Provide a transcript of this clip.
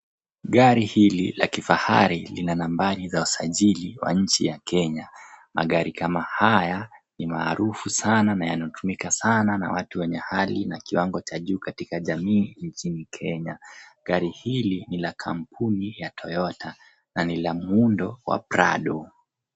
Gari hili la kifahari lina nambari ya usajili wa nchi ya Kenya. Magari kama haya ni maarufu sana na yanatumika sana na watu wenye hali na kiwango cha juu katika jamii nchini Kenya. Gari hili ni la kampuni ya Toyota na ni la muundo wa prado.